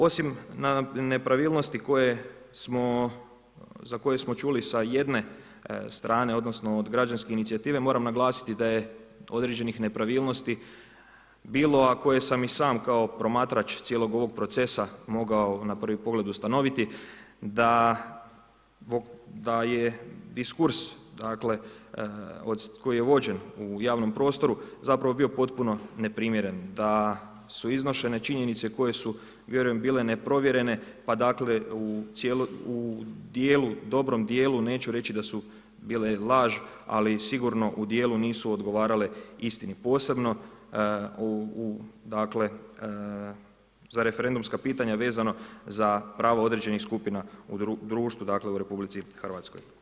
Osim nepravilnosti za koje smo čuli sa jedne strane, odnosno od građanske inicijative moram naglasiti da je određenih nepravilnosti bilo, a koje sam i sam kao promatrač cijelog ovog procesa mogao na prvi pogled ustanoviti, da je diskurs koji je vođen u javnom prostoru zapravo bio potpuno neprimjeren da su iznošene činjenice koje su vjerujem bile neprovjerene, pa dakle, u dijelu, dobrom dijelu neću reći da su bile laž, ali sigurno u dijelu nisu odgovarale istini posebno za referendumska pitanja vezano za prava određenih skupina u društvu u Republici Hrvatskoj.